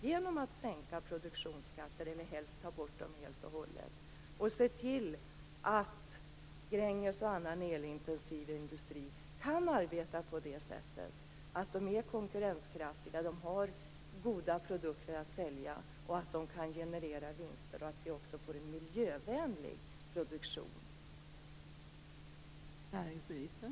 Det handlar om att sänka produktionsskatter - eller helst ta bort dem helt och hållet - och se till att Gränges och annan elintensiv industri kan arbeta på så sätt att de är konkurrenskraftiga, att de har goda produkter att sälja, att de kan generera vinster och att vi får en miljövänlig produktion.